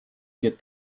get